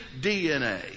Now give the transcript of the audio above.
DNA